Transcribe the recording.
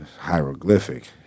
hieroglyphic